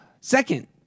Second